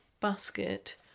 basket